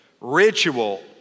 ritual